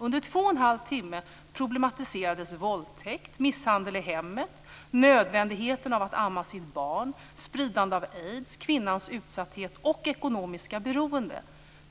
Under två och en halv timme problematiserades våldtäkt, misshandel i hemmet, nödvändigheten av att amma sitt barn, spridande av aids, kvinnans utsatthet och ekonomiska beroende